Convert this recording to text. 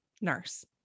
nurse